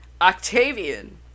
Octavian